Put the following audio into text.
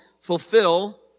fulfill